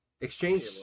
Exchange